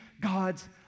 God's